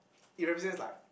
it represents like